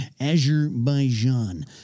Azerbaijan